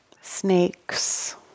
snakes